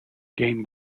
game